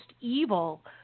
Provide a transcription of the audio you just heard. evil